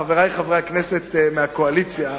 חברי חברי הכנסת מהקואליציה,